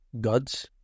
Gods